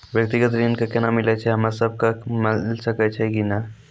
व्यक्तिगत ऋण केना मिलै छै, हम्मे सब कऽ मिल सकै छै कि नै?